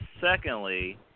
Secondly